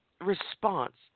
response